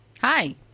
Hi